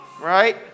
Right